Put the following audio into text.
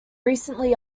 recently